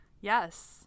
Yes